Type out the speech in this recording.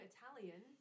Italian